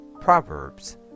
Proverbs